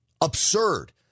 Absurd